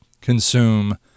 consume